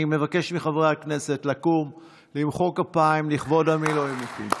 אני מבקש מחברי הכנסת לקום ולמחוא כפיים לכבוד המילואימניקים.